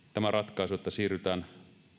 tämä ratkaisu että siirrytään